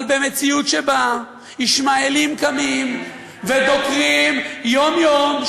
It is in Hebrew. אבל במציאות שבה ישמעאלים קמים ודוקרים יום-יום,